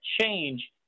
change